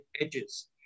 edges